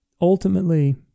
ultimately